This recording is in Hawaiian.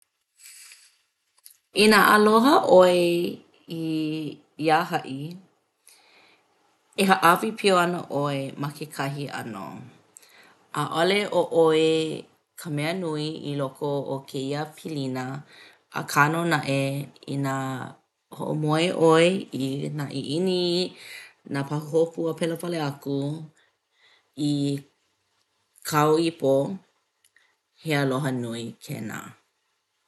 Inā aloha ʻoe i iā haʻi e hāʻawipio ana ʻoe ma kekahi ʻano. ʻAʻole ʻo ʻoe ka mea nui i loko o kēia pilina akā nō naʻe inā hoʻomoe ʻoe i nā ʻiʻini nā pahuhopu a pēlā wale aku i kāu ipo, he aloha nui kēnā.